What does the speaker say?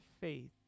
faith